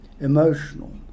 emotional